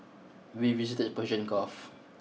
we visited the Persian Gulf